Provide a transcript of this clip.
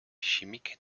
chimique